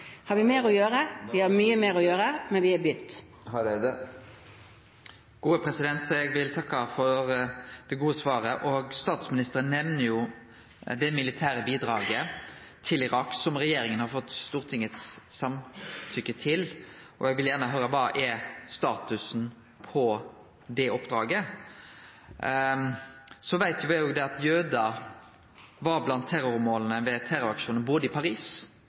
Vi har mye mer å gjøre, men vi har begynt. Eg vil takke for det gode svaret. Statsministeren nemner det militære bidraget til Irak som regjeringa har fått samtykke frå Stortinget til, og eg vil gjerne høyre kva statusen er for det oppdraget. Så veit vi at jødar var blant terrormåla ved terroraksjonen både i Paris